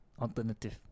Alternative